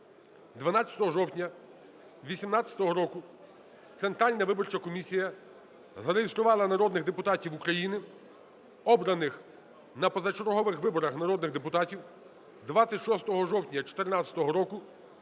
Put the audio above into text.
12 жовтня 18-го року Центральна виборча комісія зареєструвала народних депутатів України, обраних на позачергових виборах народних депутатів 26 жовтня 14-го року